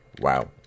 Wow